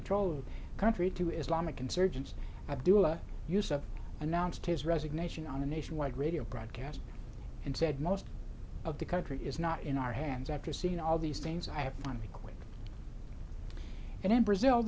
control of country to islamic insurgents of doula use of announced his resignation on a nationwide radio broadcast and said most of the country is not in our hands after seeing all these things i have to be quick and in brazil